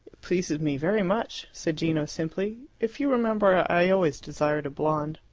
pleases me very much, said gino simply. if you remember, i always desired a blonde.